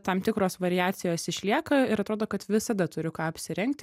tam tikros variacijos išlieka ir atrodo kad visada turiu ką apsirengti